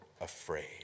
afraid